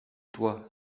toi